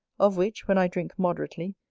of which when i drink moderately,